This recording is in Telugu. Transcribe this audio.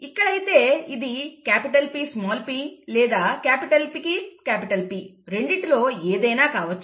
ఇక్కడ అయితే ఇది Pp లేదా PP రెండిటిలో ఏదైనా కావచ్చు